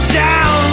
down